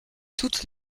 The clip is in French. toutes